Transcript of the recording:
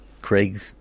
Craig